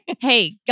Hey